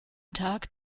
tag